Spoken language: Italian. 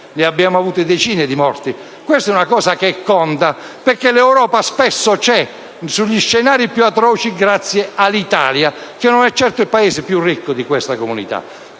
Abbiamo avuto decine di morti. Questa è una cosa che conta, perché l'Europa spesso c'è sugli scenari più atroci grazie all'Italia, che non è certo il Paese più ricco di questa Comunità.